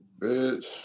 Bitch